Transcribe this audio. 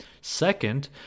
Second